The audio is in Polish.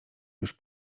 już